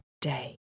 day